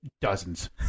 Dozens